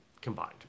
combined